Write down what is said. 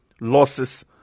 losses